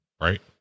right